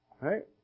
Right